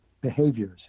behaviors